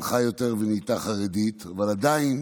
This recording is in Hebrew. הלכה ונהייתה יותר חרדית, אבל עדיין